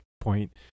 point